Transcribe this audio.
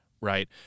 right